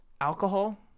Alcohol